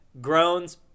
groans